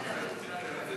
גרמן לסעיף